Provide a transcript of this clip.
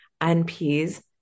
NPs